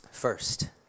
First